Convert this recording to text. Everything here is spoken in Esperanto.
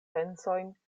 pensojn